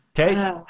Okay